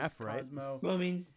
Cosmo